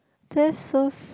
that's so